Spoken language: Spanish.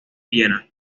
viena